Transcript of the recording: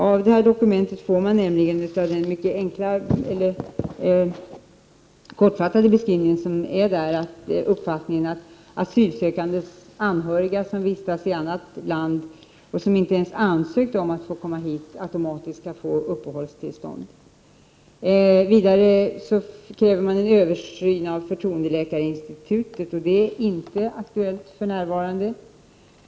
Av den kortfattade beskrivning som finns i dokumentet får man uppfattningen att asylsökandes anhöriga som vistas i annat land och som inte ens ansökt om att få komma hit automatiskt skall få uppehållstillstånd. Vidare kräver man en översyn av förtroendeläkarinstitutet. Det är för närvarande inte aktuellt.